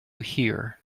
here